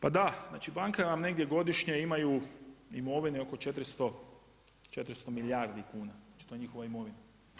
Pa da, znači banke vam negdje godišnje imaju imovine oko 400 milijardi kuna, znači to je njihova imovina.